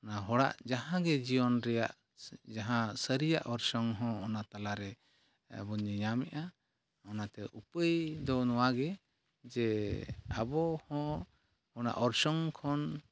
ᱚᱱᱟ ᱦᱚᱲᱟᱜ ᱡᱟᱦᱟᱜᱮ ᱡᱤᱭᱚᱱ ᱨᱮᱭᱟᱜ ᱡᱟᱦᱟᱸ ᱥᱟᱹᱨᱤᱭᱟᱜ ᱚᱨᱥᱚᱝ ᱦᱚᱸ ᱚᱱᱟ ᱛᱟᱞᱟ ᱨᱮᱵᱚᱱ ᱧᱮᱧᱟᱢᱮᱫᱟ ᱚᱱᱟᱛᱮ ᱩᱯᱟᱹᱭ ᱫᱚ ᱱᱚᱣᱟᱜᱮ ᱡᱮ ᱟᱵᱚᱦᱚᱸ ᱚᱱᱟ ᱚᱨᱥᱚᱝ ᱠᱷᱚᱱ